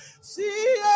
See